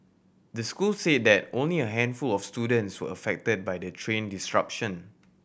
the school said that only a handful of students were affected by the train disruption